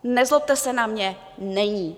Nezlobte se na mě, není.